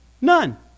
None